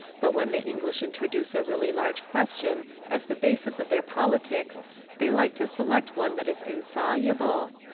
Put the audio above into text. but when the english introduce a really large question as the basis of their politics they like to select one that is insoluble.